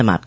समाप्त